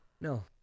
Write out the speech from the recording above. No